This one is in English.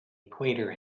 equator